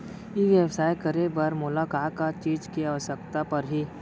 ई व्यवसाय करे बर मोला का का चीज के आवश्यकता परही?